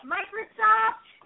Microsoft